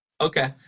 Okay